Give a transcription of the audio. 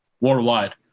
worldwide